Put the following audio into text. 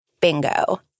Bingo